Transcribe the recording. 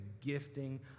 gifting